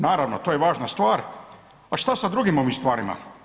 Naravno to je važna stvar, a šta sa drugim ovim stvarima.